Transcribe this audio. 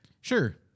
Sure